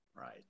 right